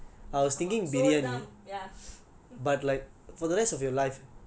I think anything to do with rice will be good for me ஆமாம் சோறுதான்: aamaam soruthaan ya